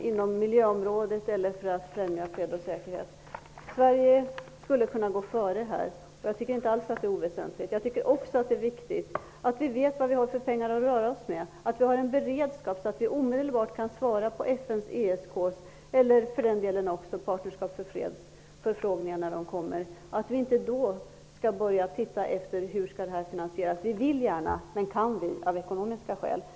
Pengarna skall sparas genom att dra ned det egna militära försvaret. Sverige skulle här kunna gå före. Jag tycker inte det är oväsentligt. Det är också viktigt att man vet hur mycket pengar vi har att röra oss med. Det är viktigt att vi har en beredskap, så att vi omedelbart kan svara på FN:s och ESK:s förfrågningar och för den delen också på förfrågningar från Parterskap för fred när de kommer. Vi skall inte först då börja se närmare på hur finansieringen skall göras. Vi vill så gärna. Men kan vi av ekonomiska skäl?